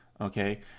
okay